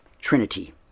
Trinity